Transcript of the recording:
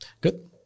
Good